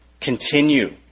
continue